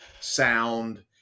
sound